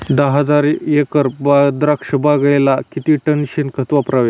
दहा एकर द्राक्षबागेला किती टन शेणखत वापरावे?